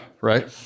right